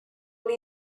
una